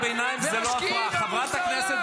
והבורסה עולה.